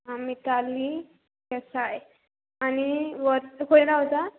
मिताली देसाय आनी वर्सां खंय रावता